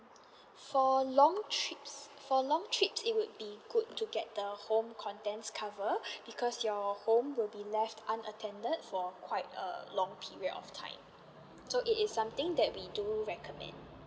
for long trips for long trips it would be good to get the home contents cover because your home will be left unattended for quite a long period of time so it is something that we do recommend